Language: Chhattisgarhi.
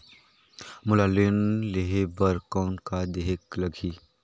मोला लोन लेहे बर कौन का देहेक लगही?